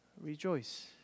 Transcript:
rejoice